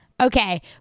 Okay